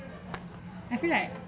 I feel like